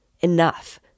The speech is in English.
Enough